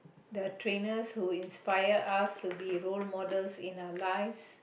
the trainers who inspired us to be role models in our life